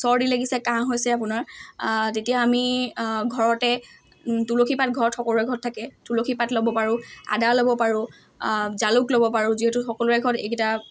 চৰ্দি লাগিছে কাহ হৈছে আপোনাৰ তেতিয়া আমি ঘৰতে তুলসী পাত ঘৰত সকলোৰে ঘৰত থাকে তুলসী পাত ল'ব পাৰোঁ আদা ল'ব পাৰোঁ জালুক ল'ব পাৰোঁ যিহেতু সকলোৰে ঘৰত এইকেইটা